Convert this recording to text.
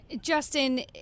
Justin